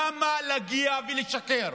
למה להגיע ולשקר?